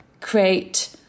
create